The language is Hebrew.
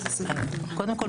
קודם כל,